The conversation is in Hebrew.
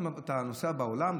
אתה נוסע בעולם,